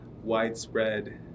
widespread